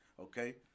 Okay